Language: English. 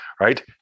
right